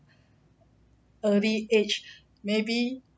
early age maybe